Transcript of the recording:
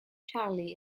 charley